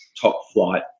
top-flight